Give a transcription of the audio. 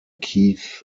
keith